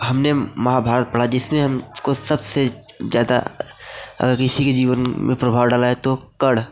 हमने महाभारत पढ़ा जिसमें हमको सबसे ज़्यादा ऋषि के जीवन में प्रभाव डाला है तो कर्ण